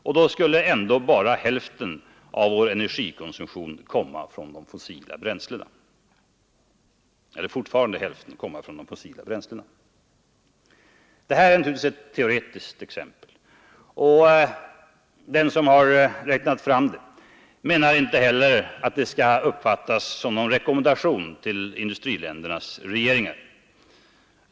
Och då skulle ändå hälften av vår energikonsumtion fortfarande komma från fossila bränslen. Detta är naturligtvis ett teoretiskt exempel, och den som har räknat fram det vill naturligtvis inte att det skall uppfattas som en rekommendation till industriländernas regeringar.